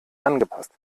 angepasst